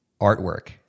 artwork